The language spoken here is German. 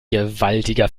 gewaltiger